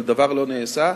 אבל דבר לא נעשה,